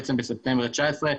בעצם בספטמבר 2019,